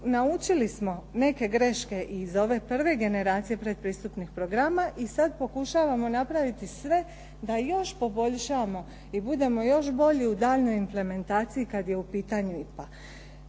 naučili smo neke greške i iz ove prve generacije predpristupnih programa i sad pokušavamo napraviti sve da još poboljšamo, da budemo još bolji u daljnjoj implementaciji kad je u pitanju IPA.